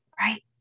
right